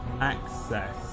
access